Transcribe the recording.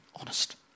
Honest